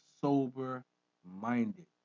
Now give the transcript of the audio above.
Sober-minded